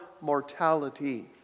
mortality